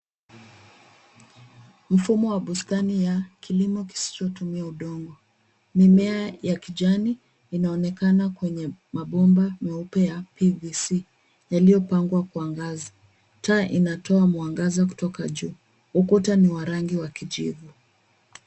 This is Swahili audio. Mfumo wa bustani ya kilimo kisichotumia udongo. Mimea ya kijani inaonekana kwenye mabomba meupe ya PVC yaliyopangwa kwa ngazi. Taa inatoa mwangaza kutoka juu. Ukuta ni wa rangi ya kijivu.